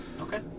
okay